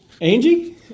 Angie